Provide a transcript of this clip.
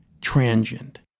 transient